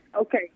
okay